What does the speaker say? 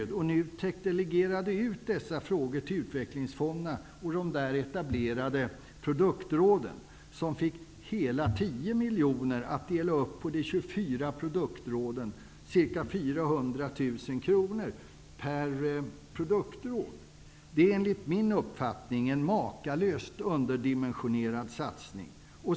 delegerade dessa frågor till utvecklingsfonderna och de där etablerade produktråden. Man fick hela 10 miljoner att dela upp på de 24 produktråden -- ca 400 000 kr per produktråd. Det är enligt min uppfattning en makalöst underdimensionerad satsning.